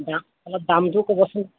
অলপ দামটোও ক'বচোন